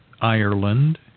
Ireland